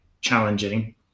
challenging